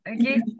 Okay